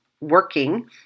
working